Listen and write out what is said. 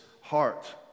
heart